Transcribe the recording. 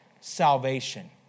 salvation